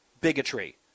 bigotry